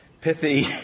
pithy